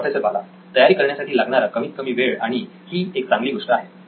professor बाला तयारी करण्यासाठी लागणारा कमीत कमी वेळ आणि ही एक चांगली गोष्ट आहे